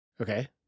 Okay